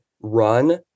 run